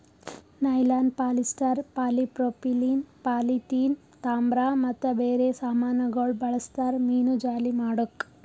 nylon, polyester, polypropylene, polyethylene, ತಾಮ್ರ ಮತ್ತ ಬೇರೆ ಸಾಮಾನಗೊಳ್ ಬಳ್ಸತಾರ್ ಮೀನುಜಾಲಿ ಮಾಡುಕ್